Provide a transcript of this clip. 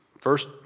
First